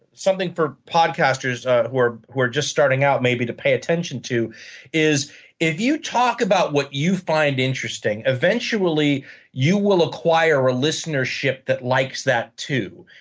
something for podcasters who are who are just starting out maybe to pay attention to is if you talk about what you find interesting, eventually you will acquire a listenership that likes that, too.